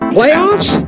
playoffs